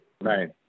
Right